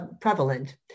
prevalent